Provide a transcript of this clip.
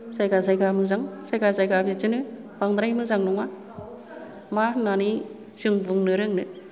जायगा जायगा मोजां जायगा जायगा बिदिनो बांद्राय मोजां नङा मा होन्नानै जों बुंनो रोंनो